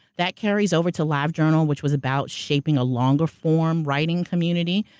that carries over to live journal, which was about shaping a longer form writing community.